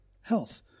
health